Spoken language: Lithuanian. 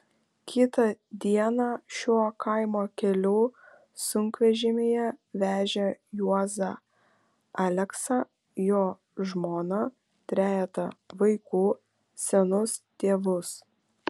kitą dieną šiuo kaimo keliu sunkvežimyje vežė juozą aleksą jo žmoną trejetą vaikų senus tėvus